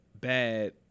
bad